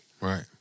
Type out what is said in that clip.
Right